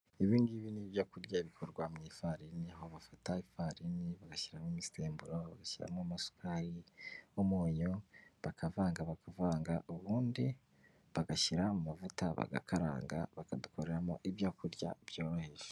Ibi ngibi ni ibyo kurya bikorwa mu ifarini, aho bafata ifarini bagashyiramo imisemburo, bagashyiramo amasukari, umunyu, bakavanga bakavanga ubundi bagashyira mu mavuta bagakaranga bakadukoreramo ibyo kurya byoroheje.